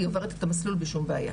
היא עוברת את המסלול בלי שום בעיה.